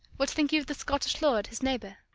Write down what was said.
what think you of the scottish lord, his neighbour?